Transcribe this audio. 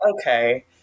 okay